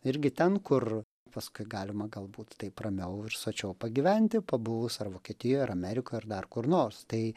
irgi ten kur paskui galima galbūt taip ramiau ir sočiau pagyventi pabuvus ar vokietijoj ar amerikoj ar dar kur nors tai